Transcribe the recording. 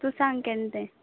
तूं सांग केन्न तें